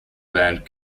band